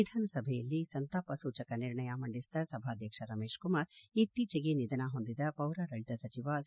ವಿಧಾನಸಭೆಯಲ್ಲಿ ಸಂತಾಪ ಸೂಚಕ ನಿರ್ಣಯ ಮಂಡಿಸಿದ ಸಭಾಧ್ಯಕ್ಷ ರಮೇಶ್ ಕುಮಾರ್ ಇತ್ತೀಚಿಗೆ ನಿಧನ ಹೊಂದಿದ ಪೌರಡಳಿತ ಸಚಿವ ಸಿ